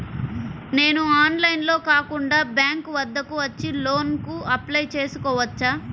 నేను ఆన్లైన్లో కాకుండా బ్యాంక్ వద్దకు వచ్చి లోన్ కు అప్లై చేసుకోవచ్చా?